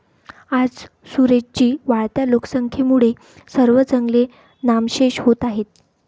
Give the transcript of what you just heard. आज सुरेश जी, वाढत्या लोकसंख्येमुळे सर्व जंगले नामशेष होत आहेत